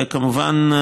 וכמובן,